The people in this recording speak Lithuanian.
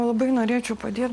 labai norėčiau padėt